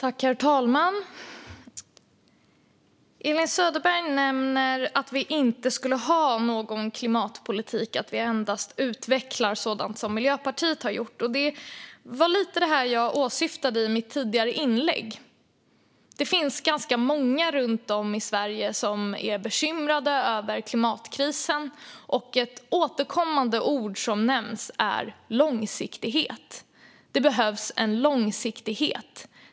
Herr talman! Elin Söderberg nämner att vi inte skulle ha någon klimatpolitik, att vi endast utvecklar sådant som Miljöpartiet har gjort. Det var lite det här jag åsyftade i mitt tidigare inlägg. Det finns många runt om i Sverige som är bekymrade över klimatkrisen, och ett återkommande ord som nämns är långsiktighet. Det behövs en långsiktighet.